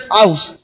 house